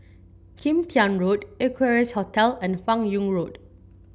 Kim Tian Road Equarius Hotel and Fan Yoong Road